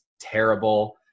terrible